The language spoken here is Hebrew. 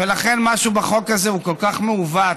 ולכן משהו בחוק הזה כל כך מעוות,